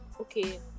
okay